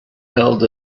held